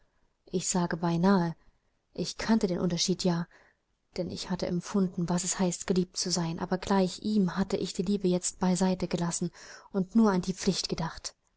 ich sage beinahe ich kannte den unterschied ja denn ich hatte empfunden was es heißt geliebt zu sein aber gleich ihm hatte ich die liebe jetzt beiseite gelassen und nur an die pflicht gedacht